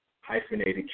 hyphenated